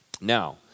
Now